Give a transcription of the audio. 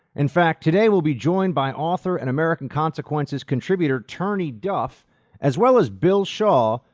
in fact, today we'll be joined by author and american consequences contributor turney duff as well as bill shaw,